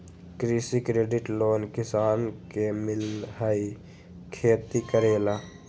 कृषि credit loan किसान के मिलहई खेती करेला?